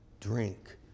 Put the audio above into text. drink